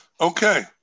Okay